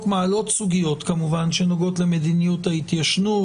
מעלות סוגיות שנוגעות למדיניות ההתיישנות.